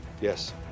Yes